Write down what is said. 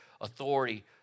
authority